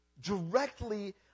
directly